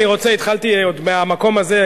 התחלתי עוד מהמקום הזה,